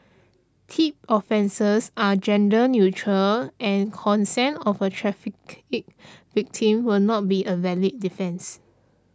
Tip offences are gender neutral and consent of a trafficked victim will not be a valid defence